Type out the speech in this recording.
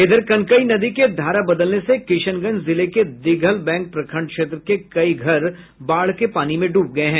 इधर कनकई नदी के धारा बदलने से किशनगंज जिले के दिघल बैंक प्रखंड क्षेत्र के कई घर बाढ़ के पानी में डूब गये हैं